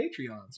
Patreons